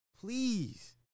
Please